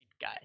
guy